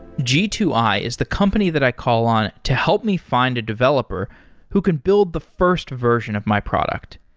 g two i is the company that i call on to help me find a developer who can build the first version of my product.